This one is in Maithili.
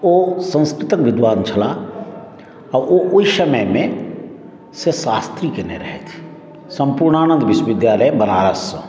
ओ संस्कृतक विद्वान् छलाह आ ओ ओहि समय मे से शास्त्री कयने रहथि सम्पूर्णानन्द विश्वविद्यालय बनारस सॅं